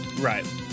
Right